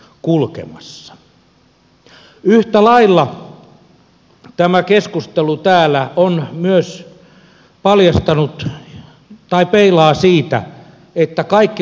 yhtä lailla tämä keskustelu täällä peilaa sitä että kaikki vaikuttaa kaikkeen